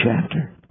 chapter